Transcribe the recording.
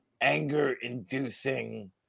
anger-inducing